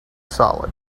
solid